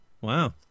Wow